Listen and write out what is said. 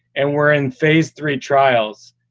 and we're in phase three trials,